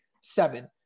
seven